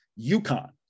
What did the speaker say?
UConn